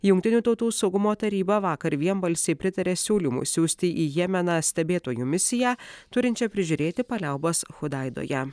jungtinių tautų saugumo taryba vakar vienbalsiai pritarė siūlymui siųsti į jemeną stebėtojų misiją turinčią prižiūrėti paliaubas chudaidoje